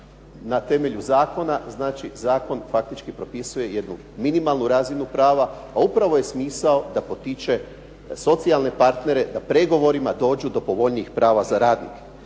na temelju zakona, znači zakon faktički propisuje jednu minimalnu razinu prava a upravo je smisao da potiče socijalne partnere da pregovorima dođu do povoljnijih prava za radnike.